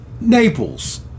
Naples